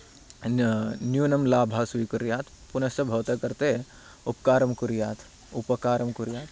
न न्यूनं लाभं स्वीकुर्यात् पुनश्च भवतः कृते उपकारं कुर्यात्